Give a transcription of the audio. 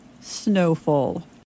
Snowfall